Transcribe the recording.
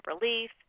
relief